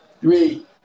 three